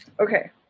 Okay